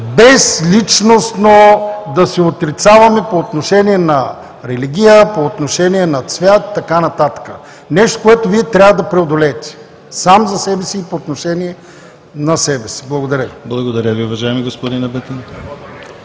без личностно да се отрицаваме по отношение на религия, по отношение на цвят и така нататък. Нещо, което Вие трябва да преодолеете сам за себе си и по отношение на себе си. Благодаря Ви. ПРЕДСЕДАТЕЛ ДИМИТЪР ГЛАВЧЕВ: Благодаря Ви, уважаеми господин Ебатин.